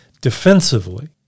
defensively